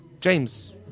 James